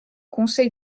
conseil